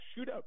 shootout